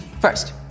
First